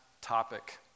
topic